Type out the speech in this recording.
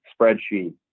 spreadsheet